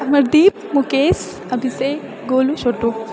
Amardeep Mukesh Abhishek Golu Chhotu